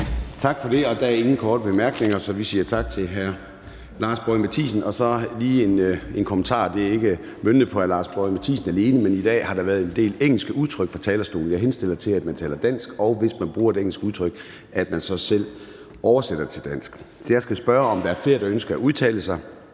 Tak for det. Der er ingen korte bemærkninger, så vi siger tak til hr. Lars Boje Mathiesen. Så er der lige en kommentar, og det er ikke møntet på hr. Lars Boje Mathiesen alene, for der har i dag været en del engelske udtryk fra talerstolen. Jeg henstiller til, at man taler dansk, og at man, hvis man bruger et engelsk udtryk, så selv oversætter det til dansk. Jeg skal spørge, om der flere, der ønsker at udtale sig.